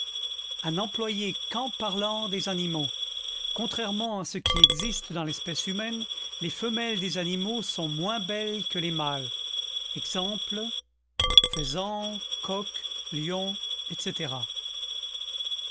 a n'employer qu'en parlant des animaux contrairement à ce qui existe dans l'espèce humaine les femelles des animaux sont moins belles que les mâles ex faisan coq lion etc